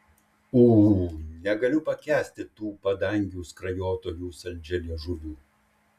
ū negaliu pakęsti tų padangių skrajotojų saldžialiežuvių